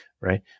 right